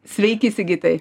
sveiki sigitai